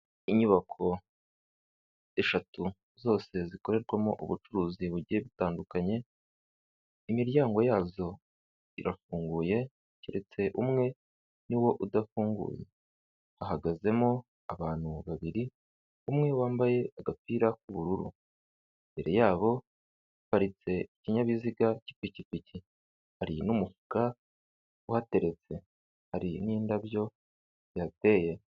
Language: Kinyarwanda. Inyubako eshatu zose zikorerwamo ubucuruzi bugiye butandukanye, imiryango yazo irafunguye, keretse umwe niwo udafunguye. Hahagazemo abantu babiri, umwe wambaye agapira k'ubururu. Imbere yabo haparitse ikinyabiziga cy'ipikipiki, hari n'umufuka uhateretse, hari n'indabyo yateye.